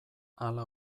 hala